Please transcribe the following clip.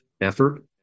effort